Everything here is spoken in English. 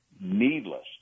needless